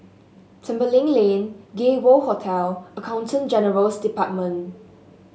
Tembeling Lane Gay World Hotel Accountant General's Department